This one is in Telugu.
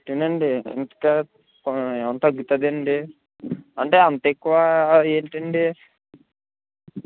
ఫిఫ్టీన్ అండి ఇంకా ఏమన్న తగ్గుతుందా అండి అంటే అంత ఎక్కువ ఏంటండి